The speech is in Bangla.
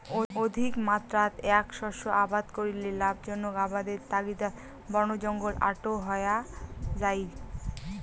অধিকমাত্রাত এ্যাক শস্য আবাদ করিলে লাভজনক আবাদের তাগিদাত বনজঙ্গল আটো হয়া যাই